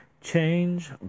Change